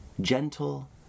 gentle